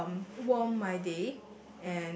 um warm my day